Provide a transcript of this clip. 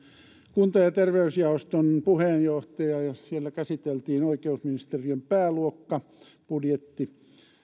kunta ja terveysjaoston puheenjohtaja ja siellä käsiteltiin oikeusministeriön pääluokan budjetti